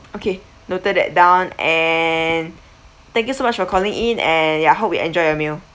okay noted that down and thank you so much for calling in and yeah I hope you enjoy your meal